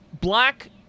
black